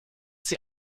sie